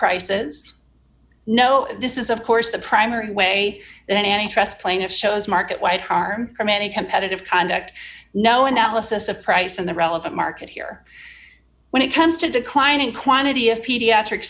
prices no this is of course the primary way that an interest plaintiff shows market white harm from any competitive conduct no analysis of price in the relevant market here when it comes to declining quantity of pediatric